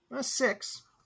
six